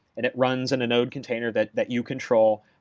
and it runs in a node container that that you control.